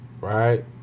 Right